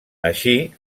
així